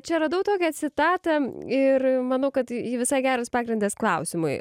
čia radau tokią citatą ir manau kad ji visai geras pagrindas klausimui